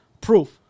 Proof